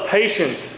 patience